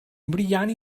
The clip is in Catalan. brillant